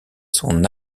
son